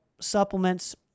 supplements